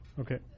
okay